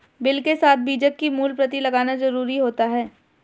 bill के साथ बीजक की मूल प्रति लगाना जरुरी होता है